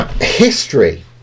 History